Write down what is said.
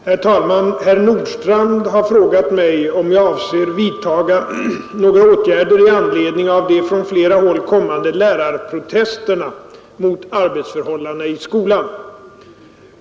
Herr talman! Herr Nordstrandh har frågat mig, om jag avser vidtaga några åtgärder i anledning av de från flera håll kommande lärarprotester na mot arbetsförhållandena i skolan.